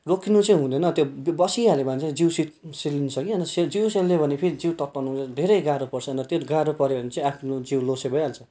रोक्नु चाहिँ हुँदैन त्यो बसिहाल्यो भने चाहिँ जिउ सेलिन्छ कि अन्त जिउ सेलियो भने फेरि जिउ तताउनु धेरै गाह्रो पर्छ अन्त त्यो गाह्रो पऱ्यो भने चाहिँ आफ्नो जिउ लोसे भइहाल्छ